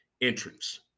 entrance